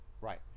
Right